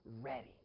ready